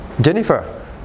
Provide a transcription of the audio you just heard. Jennifer